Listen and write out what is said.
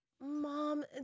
mom